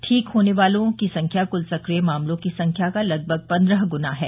ठीक होने वालों की संख्या कुल सक्रिय मामलों की संख्या का लगभग पन्द्रह गुना है